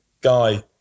guy